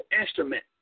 instrument